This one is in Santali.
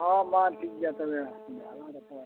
ᱦᱮᱸ ᱢᱟ ᱴᱷᱤᱠ ᱜᱮᱭᱟ ᱛᱚᱵᱮ ᱨᱚᱯᱚᱲᱟ ᱦᱟᱸᱜ